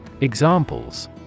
Examples